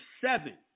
seven